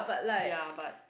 ya but